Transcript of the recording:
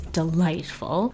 delightful